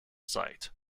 site